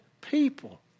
people